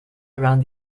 around